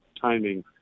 timing